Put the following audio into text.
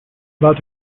about